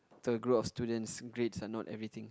the group of students grades are not everything